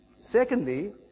Secondly